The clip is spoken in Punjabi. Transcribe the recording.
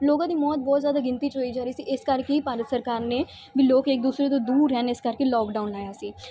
ਲੋਕਾਂ ਦੀ ਮੌਤ ਬਹੁਤ ਜ਼ਿਆਦਾ ਗਿਣਤੀ 'ਚ ਹੋਈ ਜਾ ਰਹੀ ਸੀ ਇਸ ਕਰਕੇ ਹੀ ਭਾਰਤ ਸਰਕਾਰ ਨੇ ਵੀ ਲੋਕ ਇੱਕ ਦੂਸਰੇ ਤੋਂ ਦੂਰ ਰਹਿਣ ਇਸ ਕਰਕੇ ਲੋਕਡਾਊਨ ਲਾਇਆ ਸੀ